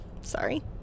Sorry